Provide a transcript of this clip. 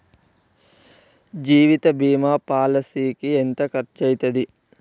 జీవిత బీమా పాలసీకి ఎంత ఖర్చయితది?